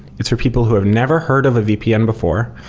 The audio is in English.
it's for people who have never heard of a vpn before.